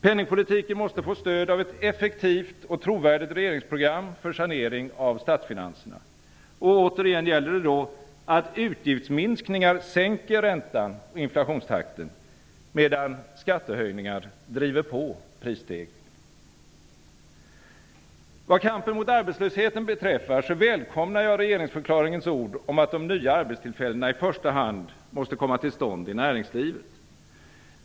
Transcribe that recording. Penningpolitiken måste få stöd av ett effektivt och trovärdigt regeringsprogram för sanering av statsfinanserna. Och återigen gäller det då att utgiftsminskningar sänker räntan och inflationstakten, medan skattehöjningar driver på prisstegringen. Vad kampen mot arbetslösheten beträffar välkomnar jag regeringsförklaringens ord om att de nya arbetstillfällena i första hand måste komma till stånd i näringslivet.